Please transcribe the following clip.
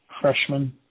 freshman